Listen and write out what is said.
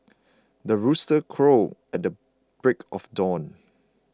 the rooster crows at the break of dawn